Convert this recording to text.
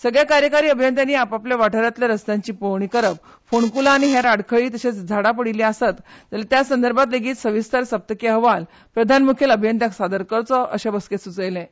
सगल्या कार्यकारी अभियंत्यांनी आपापल्या वाठारातल्या रस्त्यांची पळोवणी करप फोणकुलां आनी हेर आडखळी तर्शेच झाडां पडिल्ली आसत जाल्यार त्या संदर्भात लेगीत सविस्तर सप्तकी अहवाल प्रधान मुखेल अभियंत्यांक सादर करचो अशे बसकेंत सुचयलें